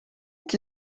que